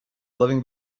loving